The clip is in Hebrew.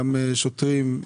גם שוטרים,